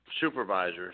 supervisors